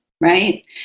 Right